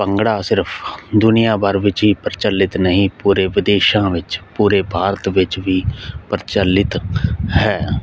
ਭੰਗੜਾ ਸਿਰਫ ਦੁਨੀਆ ਭਰ ਵਿੱਚ ਹੀ ਪ੍ਰਚਲਿਤ ਨਹੀਂ ਪੂਰੇ ਵਿਦੇਸ਼ਾਂ ਵਿੱਚ ਪੂਰੇ ਭਾਰਤ ਵਿੱਚ ਵੀ ਪ੍ਰਚਲਿਤ ਹੈ